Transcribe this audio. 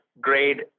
grade